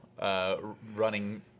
running